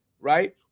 right